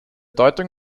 deutung